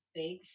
big